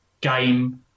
game